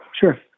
sure